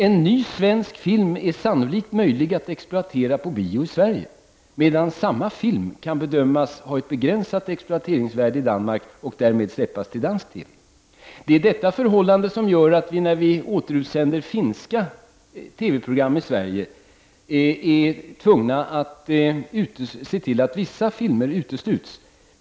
En ny svensk film är sannolikt möjlig att exploatera på bio i Sverige, medan samma film kan bedömas ha ett begränsat exploateringsvärde i Danmark och därmed kan släppas till dansk TV. Det är samma förhållande som gör att vi när vi återsänder finska TV-program i Sverige är tvungna att se till att vissa filmer utesluts.